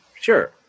Sure